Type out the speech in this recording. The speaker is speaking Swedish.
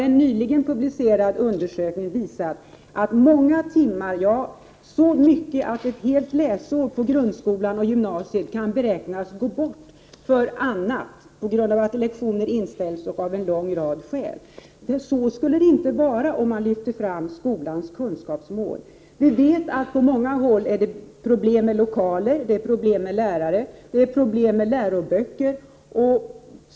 En nyligen publicerad undersökning har visat att många timmar, t.o.m. så mycket att ett helt läsår i grundskolan och i gymnasiet, kan beräknas gå bort för annat på grund av att lektioner inställs och av en hel rad andra skäl. Så skulle det inte vara om vi lyfte fram skolans kunskapsmål. Vi vet att det på många håll är problem med lokaler, med lärare och med läroböcker.